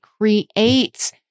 creates